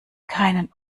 keinen